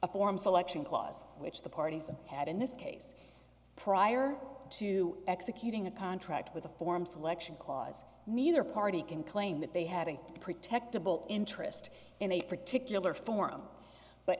a form selection clause which the parties had in this case prior to executing a contract with a form selection clause neither party can claim that they had a protectable interest in a particular form but